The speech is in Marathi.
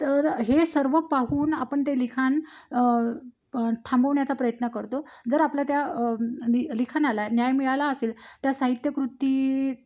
तर हे सर्व पाहून आपण ते लिखाण थांबवण्याचा प्रयत्न करतो जर आपल्या त्या लि लिखाणाला न्याय मिळाला असेल त्या साहित्यकृती